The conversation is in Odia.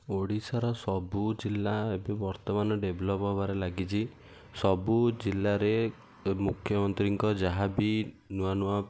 ଓଡ଼ିଶାର ସବୁ ଜିଲ୍ଲା ଏବେ ବର୍ତ୍ତମାନ ଡେଭେଲୋପ୍ ହବାରେ ଲାଗିଛି ସବୁ ଜିଲ୍ଲାରେ ମୁଖ୍ୟମନ୍ତ୍ରୀଙ୍କ ଯାହା ବି ନୂଆ ନୂଆ